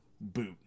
boot